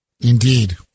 Indeed